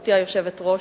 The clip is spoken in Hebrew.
גברתי היושבת-ראש,